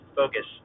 focus